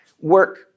work